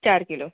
चार किलो